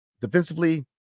defensively